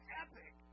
epic